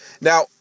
Now